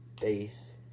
base